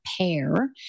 pair